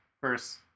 first